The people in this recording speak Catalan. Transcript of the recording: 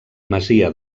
masia